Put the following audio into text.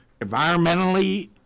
environmentally